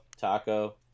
taco